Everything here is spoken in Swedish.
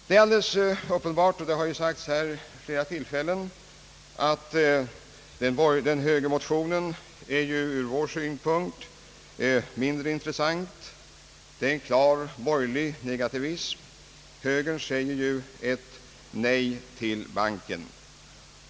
Det är alldeles uppenbart — och det har sagts här vid flera tillfällen — att högermotionen ur vår synpunkt är mindre intressant. Den utstrålar en klar borgerlig negativism. Högern säger nej till banken.